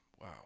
Wow